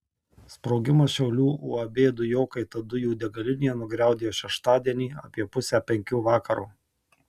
sprogimas šiaulių uab dujokaita dujų degalinėje nugriaudėjo šeštadienį apie pusę penkių vakaro